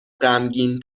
غمگین